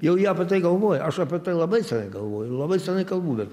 jau ją apie tai galvoja aš apie tai labai senai galvoju labai senai kalbu bet